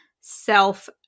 self